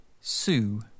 Sue